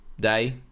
day